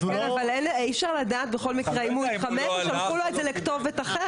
אי אפשר לדעת בכל מקרה האם הוא התחמק או שלחו לו את זה לכתובת אחרת.